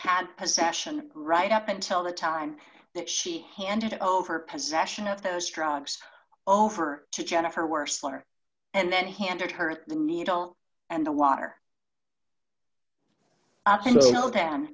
had possession right up until the time that she handed over possession of those drugs over to jennifer were slower and then handed her the needle and the water